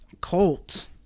Colt